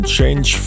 Change